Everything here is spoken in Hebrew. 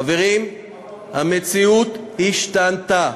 חברים, המציאות השתנתה.